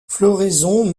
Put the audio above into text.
floraison